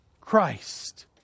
Christ